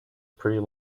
pretty